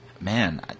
man